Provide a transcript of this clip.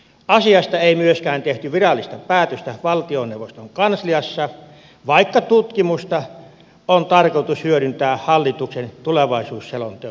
asiasta ei myöskään tehty virallista päätöstä valtioneuvoston kansliassa vaikka tutkimusta on tarkoitus hyödyntää hallituksen tulevaisuusselonteon valmistelussa